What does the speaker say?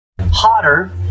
Hotter